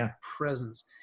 presence